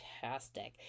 Fantastic